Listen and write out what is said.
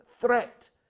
threat